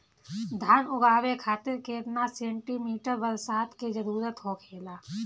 धान उगावे खातिर केतना सेंटीमीटर बरसात के जरूरत होखेला?